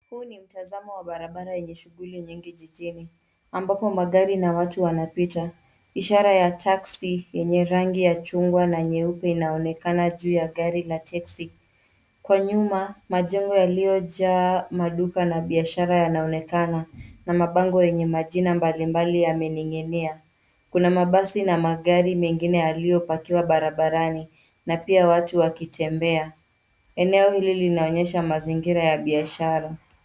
Huu ni mtazamo wa barabara yenye shughuli nyingi jijini ambapo magari na watu wanapita. Ishara ya taxi yenye rangi ya chungwa na nyeupe inaonekana juu ya gari la teksi. Kwa nyuma majengo yaliyojaa maduka na biashara yanaonekana na mabango yenye majina mbalimbali yamening'inia. Kuna mabasi na magari mengine yaliyopakiwa barabarani na pia watu wakitembea. Eneo hili linaonyesha mazingira ya biashara.